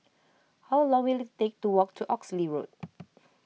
how long will it take to walk to Oxley Road